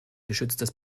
geschütztes